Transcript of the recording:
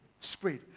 spread